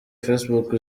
facebook